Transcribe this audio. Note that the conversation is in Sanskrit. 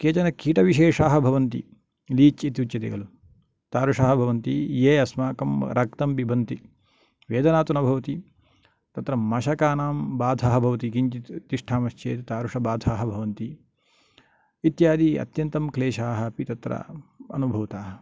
केचन कीटविशेषाः भवन्ति लीच् इति उच्यते खलु तारुषाः भवन्ति ये अस्माकं रक्तं पिबन्ति वेदना तु न भवति तत्र मशकानां बाधः भवन्ति किञ्तित् तिष्ठामश्चेत् तादृशबाधाः भवन्ति इत्यादि अत्यन्तं क्लेशः अपि तत्र अनुभूतः